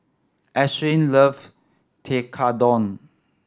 Ashlynn loves Tekkadon